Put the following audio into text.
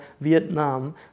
Vietnam